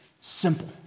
Simple